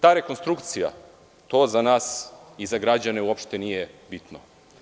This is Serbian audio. Ta rekonstrukcija za nas i građane uopšte nije bitna.